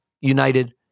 United